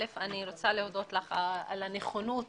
אני רוצה להודות לך על הנכונות